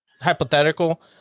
hypothetical